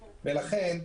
לכן,